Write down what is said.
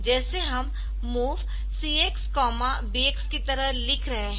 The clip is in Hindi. जैसे हम MOV CX BX की तरह लिख रहे है